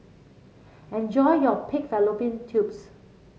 enjoy your Pig Fallopian Tubes